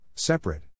Separate